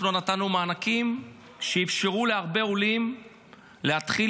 נתנו מענקים שאפשרו להרבה עולים להתחיל